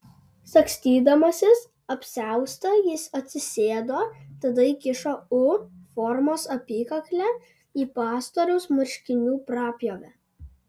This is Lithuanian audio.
sagstydamasis apsiaustą jis atsisėdo tada įkišo u formos apykaklę į pastoriaus marškinių prapjovę